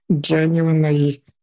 genuinely